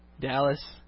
Dallas